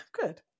Good